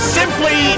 simply